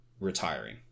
retiring